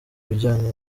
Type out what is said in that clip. ibijyanye